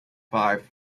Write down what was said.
five